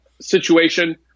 situation